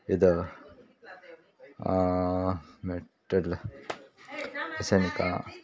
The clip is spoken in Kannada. ಇದು ಮೆಟ್ಟಲ್ಲ ರಾಸಾಯನಿಕ